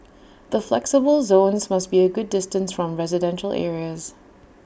the flexible zones must be A good distance from residential areas